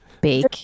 bake